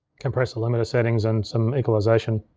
compressor limiter settings and some equalization.